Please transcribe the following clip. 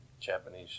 Japanese